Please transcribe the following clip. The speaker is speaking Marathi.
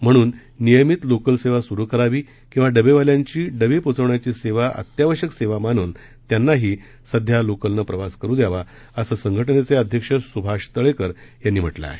म्हणून नियमित लोकल स्रु करावी किंवा डबेवाल्यांची डबे पोहचवण्याची सेवा आत्यावश्यक सेवा मानून त्यांनाही सध्या लोकलनं प्रवास करू द्यावा असं संघटनेचे अध्यक्ष स्भाष तळेकर यांनी म्हटलं आहे